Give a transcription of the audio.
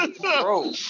Bro